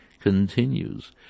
continues